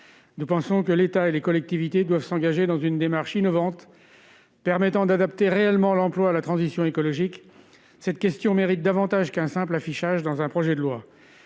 nous pensons que l'État et les collectivités doivent s'engager dans une démarche innovante permettant d'adapter réellement l'emploi à la transition écologique cette question mérite davantage qu'un simple affichage dans un projet de loi